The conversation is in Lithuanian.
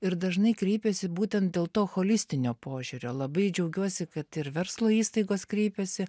ir dažnai kreipiasi būtent dėl to cholistinio požiūrio labai džiaugiuosi kad ir verslo įstaigos kreipiasi